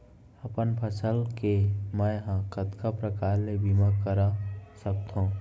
अपन फसल के मै ह कतका प्रकार ले बीमा करा सकथो?